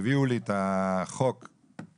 הביאו לי את החוק הישן,